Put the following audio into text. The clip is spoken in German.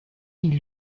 die